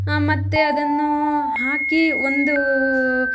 ಮತ್ತು ಅದನ್ನು ಹಾಕಿ ಒಂದು